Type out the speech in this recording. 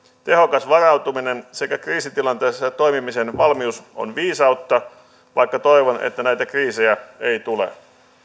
tehokas varautuminen sekä kriisitilanteissa toimimisen valmius on viisautta vaikka toivon että näitä kriisejä ei tule